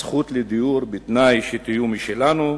הזכות לדיור, בתנאי שתהיו משלנו.